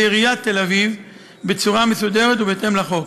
עיריית תל-אביב בצורה מסודרת ובהתאם לחוק.